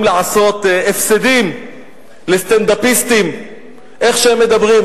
לעשות הפסדים לסטנדאפיסטים איך שהם מדברים.